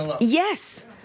Yes